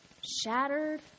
shattered